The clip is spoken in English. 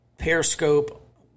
Periscope